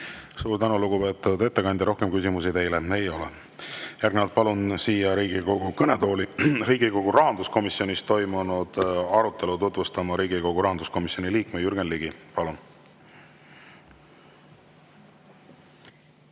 Suur tänu, lugupeetud ettekandja! Rohkem küsimusi teile ei ole. Järgnevalt palun Riigikogu kõnetooli Riigikogu rahanduskomisjonis toimunud arutelu tutvustama Riigikogu rahanduskomisjoni liikme Jürgen Ligi. Palun!